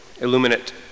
illuminate